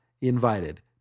invited